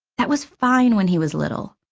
that was fine when he was little.